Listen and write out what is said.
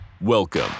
Welcome